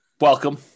Welcome